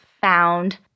found